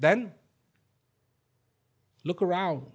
then look around